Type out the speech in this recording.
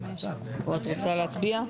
את רוצה להצביע?